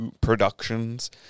productions